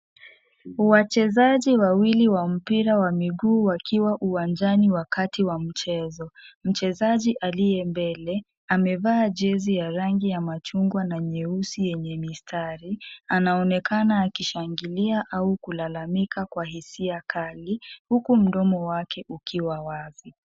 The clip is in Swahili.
Wachezaji wawili wa mpira wa miguu wakiwa uwanjani wakati wa mchezo. Mchezaji aliye mbele, amevaa jezi ya rangi ya machungwa na nyeusi yenye mistari ,anaonekana akishangilia au kulalamika kwa hisia kali, huku mdomo wake ukiwa wazi.